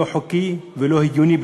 לא חוקי ולא הגיוני,